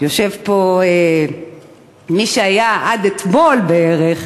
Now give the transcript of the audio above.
יושב פה מי שהיה עד אתמול בערך